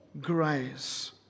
grace